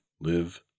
live